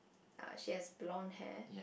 uh she has blonde hair